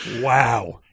Wow